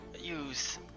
use